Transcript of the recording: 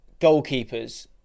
goalkeepers